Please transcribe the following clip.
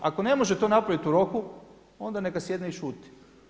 Ako ne može to napraviti u roku onda neka sjedne i šuti.